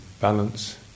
balance